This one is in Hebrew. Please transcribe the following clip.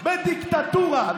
בדיקטטורה,